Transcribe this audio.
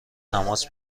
تماس